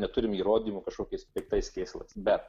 neturime įrodymų kažkokiais piktais kėslais bet